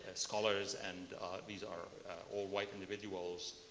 scholars and these are all white individuals,